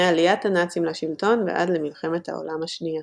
מעליית הנאצים לשלטון ועד למלחמת העולם השנייה